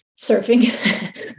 surfing